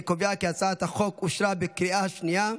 אני קובע כי הצעת החוק אושרה בקריאה שנייה.